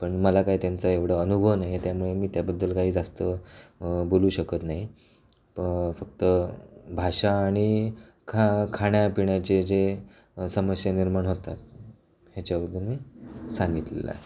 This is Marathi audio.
पण मला काही त्यांचा एवढा अनुभव नाही आहे त्यामुळे मी त्याबद्दल काही जास्त बोलू शकत नाही फक्त भाषा आणि खा खाण्यापिण्याची जे समस्या निर्माण होतात याच्याबद्दल मी सांगितलेलं आहे